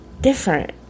different